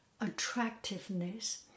attractiveness